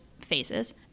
phases